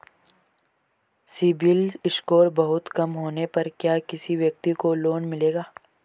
CIBIL score बहुत कम होने पर क्या किसी व्यक्ति को लोंन मिलेगा?